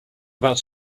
about